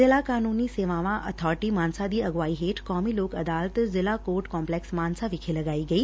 ਜਿਲਾ ਕਾਨੁੰਨੀ ਸੇਵਾਵਾਂ ਅਬਾਰਟੀ ਮਾਨਸਾ ਦੀ ਅਗਵਾਈ ਹੇਠ ਕੌਮੀ ਲੋਕ ਅਦਾਲਤ ਜਿਲਾ ਕੋਰਟ ਕੰਪਲੈਕਸ ਮਾਨਸਾ ਵਿਖੇ ਲਗਾਈ ਗਈ